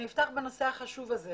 אני אפתח בנושא החשוב הזה